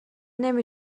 نمی